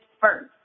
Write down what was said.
first